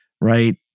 right